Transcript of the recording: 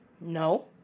No